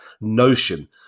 Notion